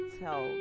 tell